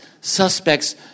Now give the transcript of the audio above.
suspects